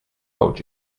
told